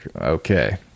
okay